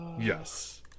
Yes